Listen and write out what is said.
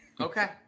Okay